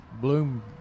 bloom